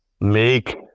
make